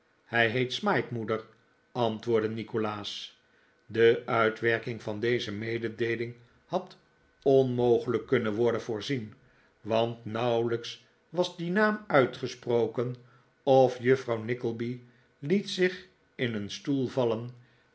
hij heet smike moeder antwoordde nikolaas de uitwerking van deze mededeeling had onmogelijk kunnen worden voorzien want nauwelijks was die naam uitgesproken of juffrouw nickleby liet zich in een stoel vallen